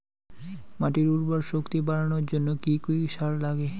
মাটির উর্বর শক্তি বাড়ানোর জন্য কি কি সার লাগে?